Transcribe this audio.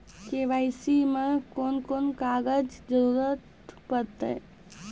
KYC मे कून कून कागजक जरूरत परतै?